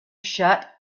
shut